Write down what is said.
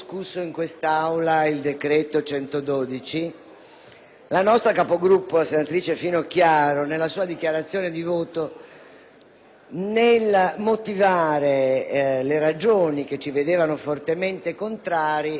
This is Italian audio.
la nostra Capogruppo, senatrice Finocchiaro, elencando nella sua dichiarazione di voto le ragioni che ci vedevano fortemente contrari, ne ha sottolineate soprattutto due: